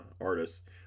artists